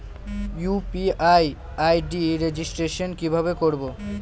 UPI ID registration কিভাবে করব?